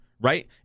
right